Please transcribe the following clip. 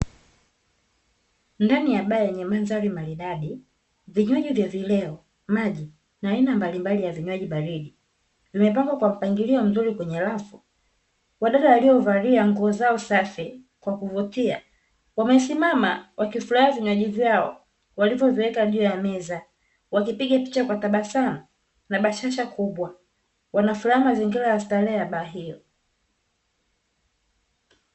Ndani ya baa yenye mandhari maridadi vinywaji vya vileo, maji na aina mbalimbali ya vinywaji baridi, vimepangwa kwa mpangilio mzuri kwenye rafu. Wadada waliovalia nguo zao safi, kwa kuvutia wamesimama wakifurahia vinywaji vyao walivyoviweka juu ya meza. Wakipiga picha kwa tabasamu na bashasha kubwa, wanafurahia mazingira ya starehe ya baa hio.